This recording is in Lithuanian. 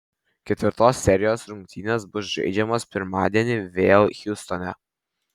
ketvirtos serijos rungtynės bus žaidžiamos pirmadienį vėl hjustone